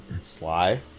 sly